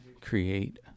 create